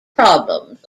problems